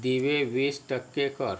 दिवे वीस टक्के कर